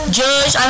judge